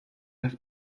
have